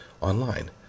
online